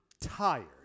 tired